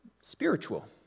spiritual